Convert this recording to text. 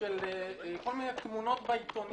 של כל מיני תמונות בעיתונים